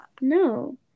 No